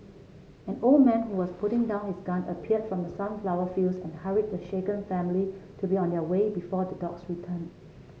an old man who was putting down his gun appeared from the sunflower fields and hurried the shaken family to be on their way before the dogs return